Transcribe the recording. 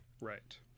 right